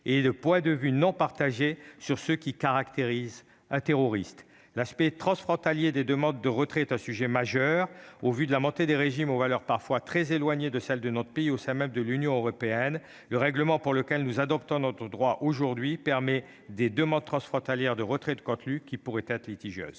même point de vue sur ce qui caractérise un terroriste. L'aspect transfrontalier des demandes de retrait constitue un sujet majeur, compte tenu de la montée de régimes aux valeurs parfois très éloignées des nôtres au sein même de l'Union européenne. Le règlement auquel nous adaptons aujourd'hui notre droit permet des demandes transfrontalières de retrait de contenus qui pourraient être litigieuses.